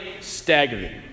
staggering